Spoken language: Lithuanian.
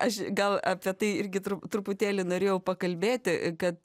aš gal apie tai irgi truputėlį norėjau pakalbėti kad